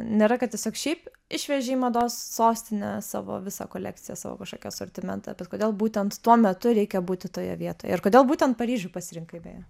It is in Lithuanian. nėra kad tiesiog šiaip išveži į mados sostinę savo visą kolekciją savo kažkokį asortimentą bet kodėl būtent tuo metu reikia būti toje vietoje ir kodėl būtent paryžių pasirinkai beje